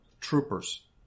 troopers